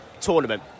tournament